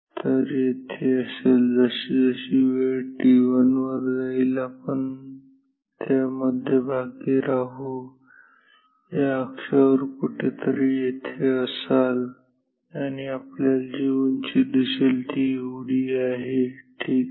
तर येथे असेल तर जसजशी वेळ t1 वर जाईल आपण त्या मध्यभागी राहू या अक्षावर कुठेतरी येथे असाल आणि आपल्याला जी उंची दिसेल ती एवढी आहे ठीक आहे